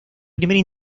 primera